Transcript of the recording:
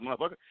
motherfucker